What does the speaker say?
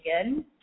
again